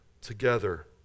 together